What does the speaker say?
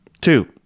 Two